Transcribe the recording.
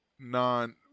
non